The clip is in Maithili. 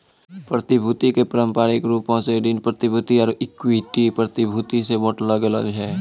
प्रतिभूति के पारंपरिक रूपो से ऋण प्रतिभूति आरु इक्विटी प्रतिभूति मे बांटलो गेलो छै